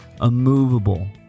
immovable